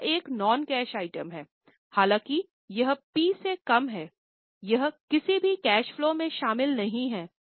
यह एक noncash item है हालांकि यह पी से कम है यह किसी भी कैश फलो में शामिल नहीं है